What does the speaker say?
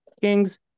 Kings